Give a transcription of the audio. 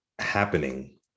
happening